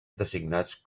designats